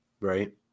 Right